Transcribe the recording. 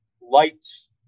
lights